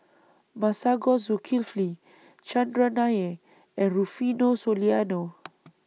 Masagos Zulkifli Chandran Nair and Rufino Soliano